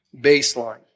baseline